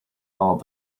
all